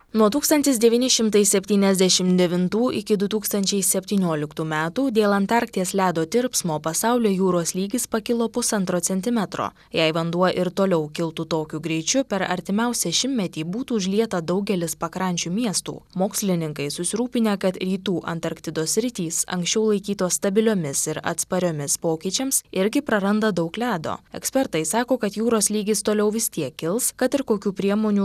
nuo tūkstantis devyni šimtai septyniasdešim devintų iki du tūkstančiai septynioliktų metų dėl antarkties ledo tirpsmo pasaulio jūros lygis pakilo pusantro centimetro jei vanduo ir toliau kiltų tokiu greičiu per artimiausią šimtmetį būtų užlieta daugelis pakrančių miestų mokslininkai susirūpinę kad rytų antarktidos sritys anksčiau laikytos stabiliomis ir atspariomis pokyčiams irgi praranda daug ledo ekspertai sako kad jūros lygis toliau vis tiek kils kad ir kokių priemonių